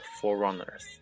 forerunners